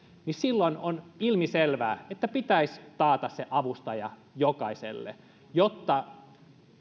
niin silloin on ilmiselvää että pitäisi taata avustaja jokaiselle jotta